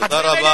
תודה רבה.